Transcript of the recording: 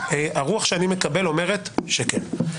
הרוח שאני מקבל אומרת שכן.